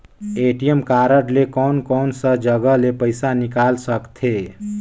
ATM card ले कोन कोन सा जगह ले पइसा निकाल सकथे?